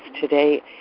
today